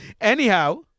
Anyhow